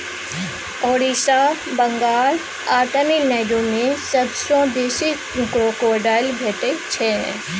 ओड़िसा, बंगाल आ तमिलनाडु मे सबसँ बेसी क्रोकोडायल भेटै छै